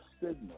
signal